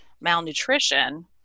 malnutrition